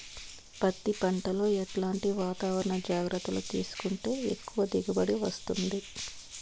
పత్తి పంట లో ఎట్లాంటి వాతావరణ జాగ్రత్తలు తీసుకుంటే ఎక్కువగా దిగుబడి వస్తుంది?